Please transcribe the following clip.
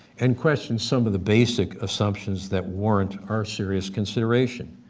and questioned some of the basic assumptions that warrant our serious consideration.